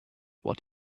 what